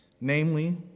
namely